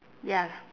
ya